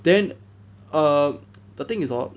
then err the thing is hor